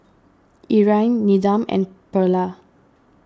Irine Needham and Pearla